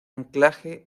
anclaje